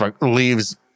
leaves